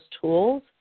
tools